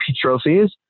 trophies